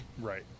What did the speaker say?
Right